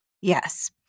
Yes